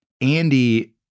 Andy